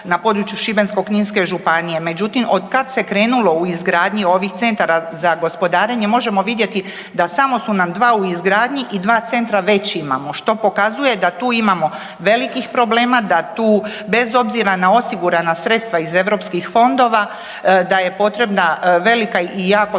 na području Šibensko-kninske županije. Međutim otkad se krenulo u izgradnju ovih centara za gospodarenje, možemo vidjeti da samo su nam 2 u izgradnji i 2 centra već imamo, što pokazuje da tu imamo velikih problema, da tu bez obzira na osigurana sredstva iz EU fondova, da je potrebna velika i jako složena